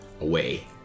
away